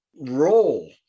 role